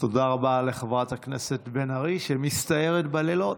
תודה רבה לחברת הכנסת בן ארי, שמסתערת בלילות.